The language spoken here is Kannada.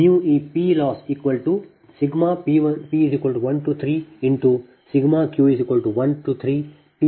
ಆದ್ದರಿಂದ ಮೀ 3